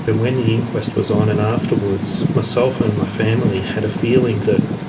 ah when the inquest was on and afterwards, myself and my family had a feeling that,